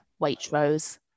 Waitrose